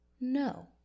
No